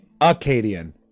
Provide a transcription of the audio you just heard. Acadian